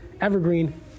Evergreen